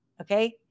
okay